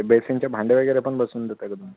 ते बेसिनचे भांडे वगैरे पण बसवून देत आहे का तुम्ही